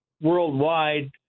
worldwide